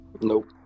Nope